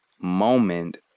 moment